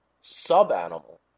sub-animal